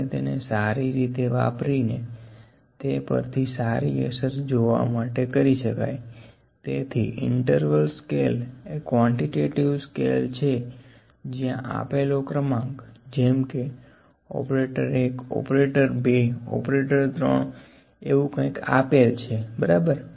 આપણે તેને સારી રીતે વાપરીને તેં પરથી સારી અસર જોવા માટે કરી શકાય તેથી ઇન્ટરવલ સ્કેલ એ ક્વોન્ટીટેટીવ સ્કેલ છે જ્યાં આપેલો ક્રમાંક જેમ કે ઓપરેટર 1 ઓપરેટર 2 ઓપરેટર 3 એવું કઇક આપેલ છે બરાબર